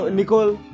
Nicole